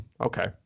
okay